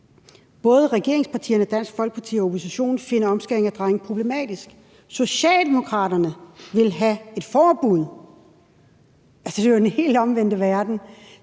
»Både regeringspartierne, Dansk Folkeparti og oppositionen finder omskæring af drenge problematisk. Socialdemokraterne vil have et forbud«. Altså, det er jo den helt omvendte verden.